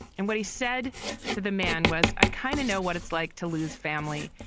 and what he said to the man was, i kind of know what it's like to lose family.